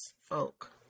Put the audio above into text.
folk